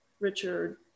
Richard